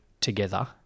Together